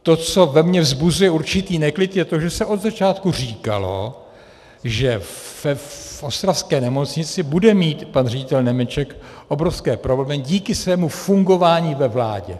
To, co ve mně vzbuzuje určitý neklid, je to, že se od začátku říkalo, že v ostravské nemocnici bude mít pan ředitel Němeček obrovské problémy díky svému fungování ve vládě.